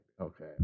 Okay